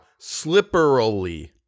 slipperily